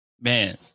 Man